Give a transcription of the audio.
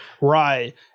Right